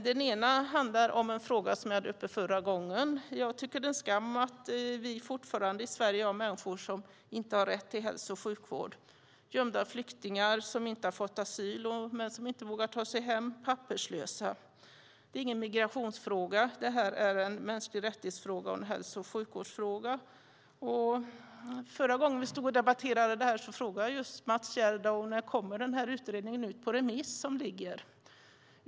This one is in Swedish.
Den ena är en fråga som jag hade uppe förra gången. Jag tycker att det är en skam att vi fortfarande i Sverige har människor som inte har rätt till hälso och sjukvård. Det är gömda flyktingar och papperslösa människor som inte har fått asyl men som inte vågar ta sig hem. Det är ingen migrationsfråga, utan detta är en fråga om mänskliga rättigheter och en hälso och sjukvårdsfråga. Förra gången vi stod och debatterade detta frågade jag Mats Gerdau när utredningen kommer ut på remiss.